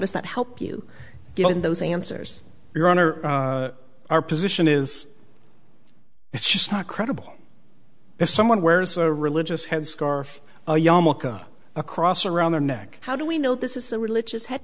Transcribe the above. does that help you given those answers your honor our position is it's just not credible if someone wears a religious head scarf or yarmulke across around their neck how do we know this is a religious head